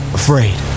afraid